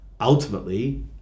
ultimately